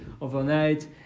overnight